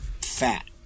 fat